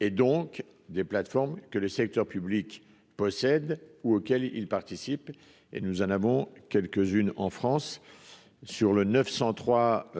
et donc des plateformes que le secteur public possède ou auxquels il participe et nous en avons quelques-unes en France sur le 903